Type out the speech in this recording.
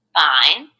fine